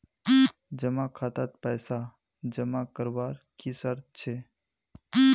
जमा खातात पैसा जमा करवार की शर्त छे?